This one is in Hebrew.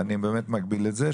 אני באמת מגביל את זה,